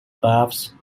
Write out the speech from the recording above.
baths